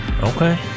okay